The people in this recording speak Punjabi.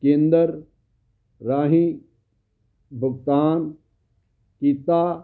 ਕੇਂਦਰ ਰਾਹੀਂ ਭੁਗਤਾਨ ਕੀਤਾ